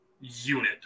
unit